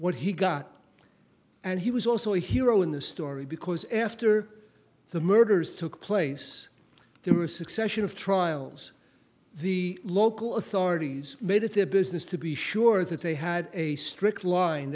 what he got and he was also a hero in the story because after the murders took place there were a succession of trials the local authorities made it their business to be sure that they had a strict line